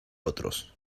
otros